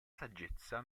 saggezza